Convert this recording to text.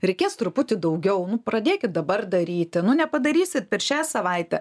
reikės truputį daugiau nu pradėkit dabar daryti nu nepadarysit per šią savaitę